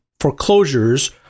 foreclosures